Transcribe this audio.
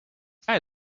sky